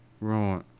Right